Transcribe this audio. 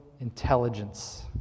intelligence